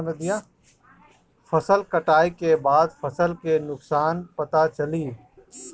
फसल कटाई के बाद फसल के नुकसान पता चली